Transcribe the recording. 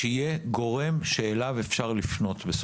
בסופו שלדבר שיהיה גורם שאילו אפשר לפנות.